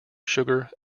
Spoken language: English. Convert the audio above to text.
sugar